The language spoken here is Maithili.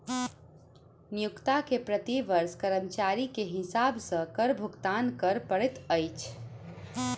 नियोक्ता के प्रति वर्ष कर्मचारी के हिसाब सॅ कर भुगतान कर पड़ैत अछि